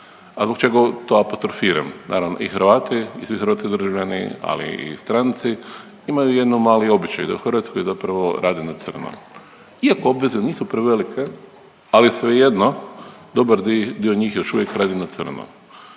a zbog čega to apostrofiram? Naravno i Hrvati i svi hrvatski državljani, ali i stranci imaju jedan mali običaj, da u Hrvatskoj zapravo rade na crno iako obveze nisu prevelike, ali svejedno dobar dio njih još uvijek radi na crno.